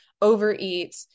overeat